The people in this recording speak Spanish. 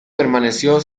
permaneció